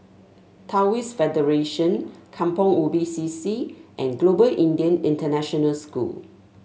Taoist Federation Kampong Ubi C C and Global Indian International School